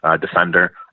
defender